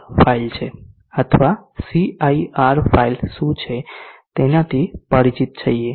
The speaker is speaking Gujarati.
CIR ફાઇલ છે અથવા CIR ફાઇલ શું છે તેનાથી પરિચિત છીએ